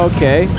Okay